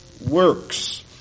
works